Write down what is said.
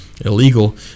illegal